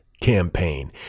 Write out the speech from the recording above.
Campaign